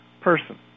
person